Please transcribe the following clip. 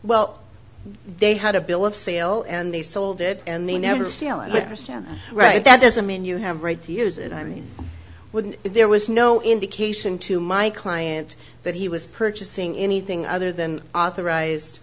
well they had a bill of sale and they sold it and they never steal it or stand right that doesn't mean you have a right to use it i mean when there was no indication to my client that he was purchasing anything other than authorized